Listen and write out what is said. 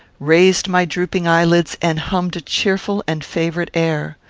raised my drooping eyelids, and hummed a cheerful and favourite air.